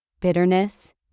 bitterness